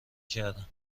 کردم